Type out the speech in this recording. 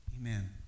Amen